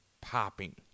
popping